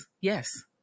yes